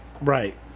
Right